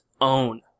own